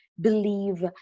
believe